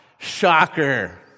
shocker